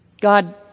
God